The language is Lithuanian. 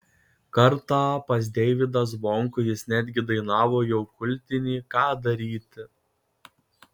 kartą pas deivydą zvonkų jis netgi dainavo jau kultinį ką daryti